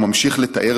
הוא ממשיך לתאר.